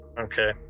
Okay